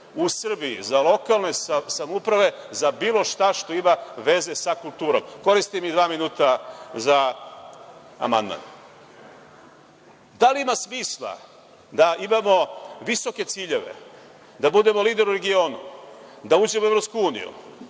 u Srbiji za lokalne samouprave za bilo šta što ima veze sa kulturom. Koristim i dva minuta za amandman. Da li ima smisla da imamo visoke ciljeve, da budemo lider u regionu, da uđemo u EU,